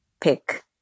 pick